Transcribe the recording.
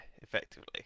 effectively